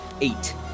Eight